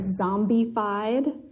zombified